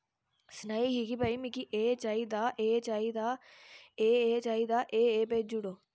सनाई ही कि भाई मिगी एह् चाहिदा एह् चाहिदा एह् एह् चाहिदी एह् एह् भेजूड़ो